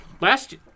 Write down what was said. last